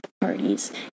parties